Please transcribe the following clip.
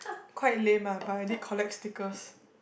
quite lame ah but I did collect stickers